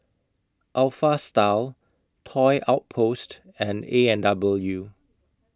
Alpha Style Toy Outpost and A and W